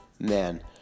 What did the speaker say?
man